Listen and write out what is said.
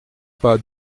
pas